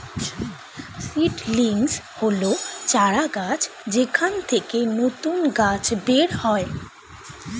seedlings হল চারাগাছ যেখান থেকে নতুন গাছ বের হয়